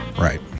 Right